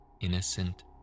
innocent